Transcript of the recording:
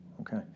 Okay